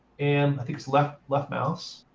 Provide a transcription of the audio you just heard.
and i think it's left left mouse.